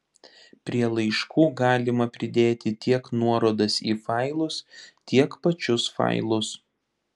prie laiškų galima pridėti tiek nuorodas į failus tiek pačius failus